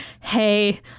hey